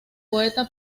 poeta